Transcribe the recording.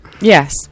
Yes